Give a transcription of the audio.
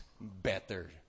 better